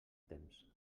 temps